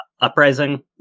Uprising